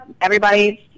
Everybody's